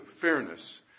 fairness